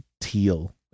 teal